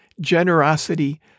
generosity